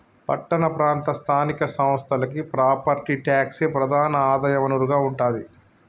పట్టణ ప్రాంత స్థానిక సంస్థలకి ప్రాపర్టీ ట్యాక్సే ప్రధాన ఆదాయ వనరుగా ఉంటాది